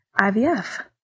IVF